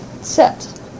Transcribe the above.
set